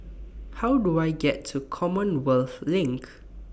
How Do I get to Commonwealth LINK